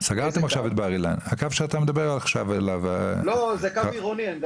קו עירוני.